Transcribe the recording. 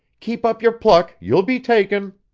keep up your pluck you'll be taken.